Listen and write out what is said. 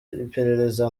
iperereza